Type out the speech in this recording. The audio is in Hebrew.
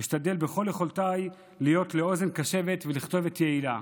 אשתדל ככל יכולתי להיות לאוזן קשבת ולכתובת יעילה.